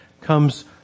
comes